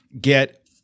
get